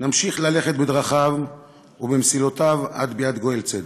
נמשיך ללכת בדרכיו ובמסילותיו עד ביאת גואל צדק.